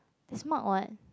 is Mark [what]